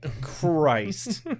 Christ